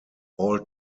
all